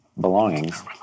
belongings